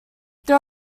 there